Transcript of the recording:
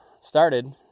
started